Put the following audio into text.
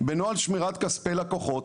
בנוהל שמירת כספי לקוחות.